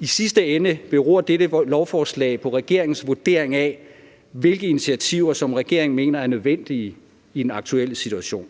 I sidste ende beror dette lovforslag på regeringens vurdering af, hvilke initiativer som regeringen mener er nødvendige i den aktuelle situation.